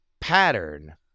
pattern